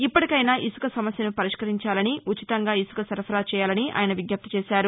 ఇప్పటీకైనా ఇసుక సమస్యను పరిష్కరించాలని ఉచితంగా ఇసుక సరఫరా చేయాలని ఆయన విజ్ఞప్తిచేశారు